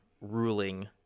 ruling